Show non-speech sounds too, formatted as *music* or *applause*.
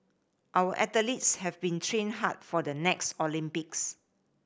*noise* our athletes have been training hard for the next Olympics